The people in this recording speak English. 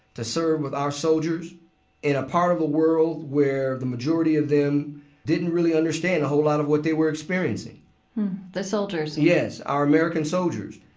to serve with our soldiers in a part of the world where the majority of them didn't really understand a whole lot of what they were experiencing the soldiers yes, our american soldiers.